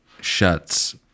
shuts